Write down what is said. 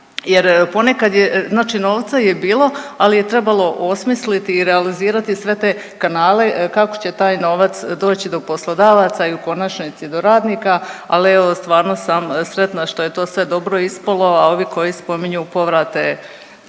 jer ponekad je znači novca je bilo, ali je trebalo osmisliti i realizirati sve te kanale kako će taj novac doći do poslodavaca i u konačnici do radnika. Ali evo stvarno sam sretna što je to sve dobro ispalo, a ovi koji spominju povrate